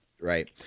Right